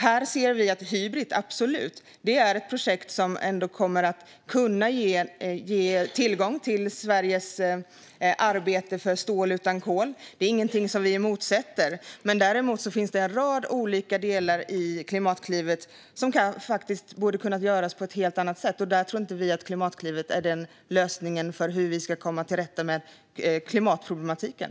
Hybrit är absolut ett projekt som kommer att kunna ge tillgång till Sveriges arbete för stål utan kol, och det är inget vi motsätter oss. Däremot finns det en rad olika delar i Klimatklivet som faktiskt borde ha kunnat göras på ett helt annat sätt, och vi tror inte att Klimatklivet är lösningen för att komma till rätta med klimatproblematiken.